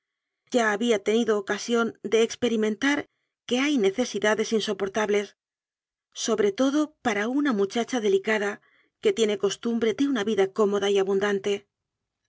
ya había tenido ocasión de experimentar que hay necesídades insoportables sobre todo para una mucha cha delicada que tiene costumbre de una vida cómoda y abundante